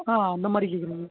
ஆ அந்த மாதிரி கேட்கறாங்க